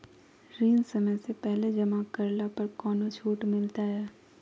ऋण समय से पहले जमा करला पर कौनो छुट मिलतैय?